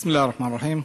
בסם אללה א-רחמאן א-רחים.